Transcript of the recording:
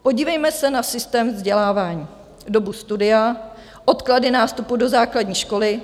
Podívejme se na systém vzdělávání, dobu studia, odklady nástupu do základní školy.